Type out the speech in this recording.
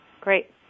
Great